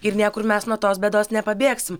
ir niekur mes nuo tos bėdos nepabėgsim